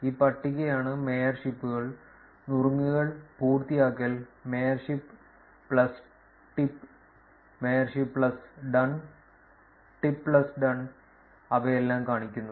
ഈ പട്ടികയാണ് മേയർഷിപ്പുകൾ നുറുങ്ങുകൾ പൂർത്തിയാക്കൽ mayorship plus tip mayorship plus done tip plus done അവയെല്ലാം കാണിക്കുന്നു